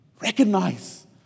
Recognize